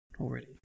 already